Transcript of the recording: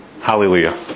hallelujah